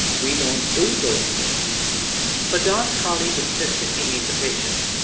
we don't do those things but don's colleague insisted he meet the patient.